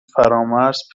فرامرز